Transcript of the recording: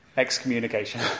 excommunication